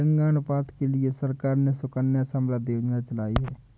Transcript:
लिंगानुपात के लिए सरकार ने सुकन्या समृद्धि योजना चलाई है